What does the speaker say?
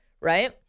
right